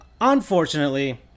unfortunately